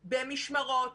במשמרות.